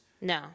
No